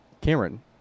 Cameron